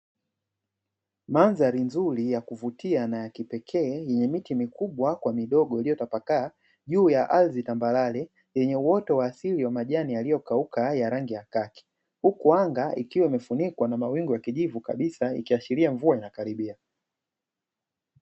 Mandhari nzuri ya kuvutia na ya kipekee, yenye miti mikubwa kwa midogo iliyotapakaa, juu ya ardhi tambarare yenye uoto wa asili, wa majani yaliyokauka ya rangi ya kaki, huku anga ikiwa imefunikwa na mawingu ya kijivu kabisa, ikiashiria mvua inakaribia.